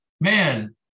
man